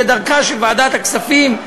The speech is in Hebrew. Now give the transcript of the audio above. כדרכה של ועדת הכספים,